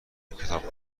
کتاب